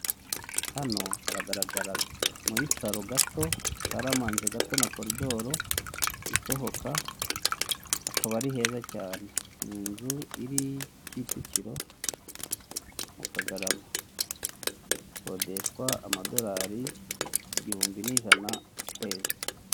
Imbere yanjye ndahabona dayihatso y'umweru iri kugenda muri kaburimbo. Ifite karisoro, ikaba ipfutse na shitingi y'ubururu. Hirya yaho hari jaride y'ibiti.